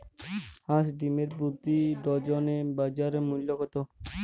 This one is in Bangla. হাঁস ডিমের প্রতি ডজনে বাজার মূল্য কত?